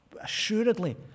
assuredly